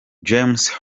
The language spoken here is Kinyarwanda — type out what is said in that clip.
james